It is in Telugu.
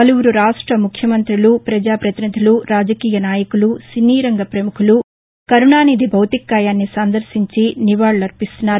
పలువురు రాష్ట ముఖ్యమంతులు పజా పతినిధులు రాజకీయ నాయకులు సినీరంగ పముఖులు కరుణానిధి భౌతిక కాయాన్ని సందర్శించి నివాళులర్పిస్తున్నారు